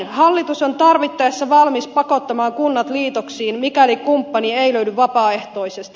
hallitus on tarvittaessa valmis pakottamaan kunnat liitoksiin mikäli kumppani ei löydy vapaaehtoisesti